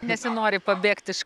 nesinori pabėgt iš